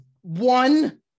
one